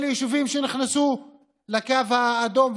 אלה יישובים שנכנסו לקו האדום,